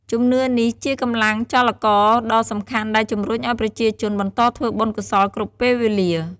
ជំនឿនេះជាកម្លាំងចលករដ៏សំខាន់ដែលជំរុញឱ្យប្រជាជនបន្តធ្វើបុណ្យកុសលគ្រប់ពេលវេលា។